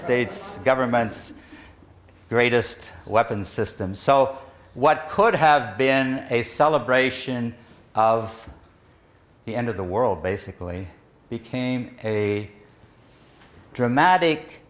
states government's greatest weapons system so what could have been a celebration of the end of the world basically became a dramatic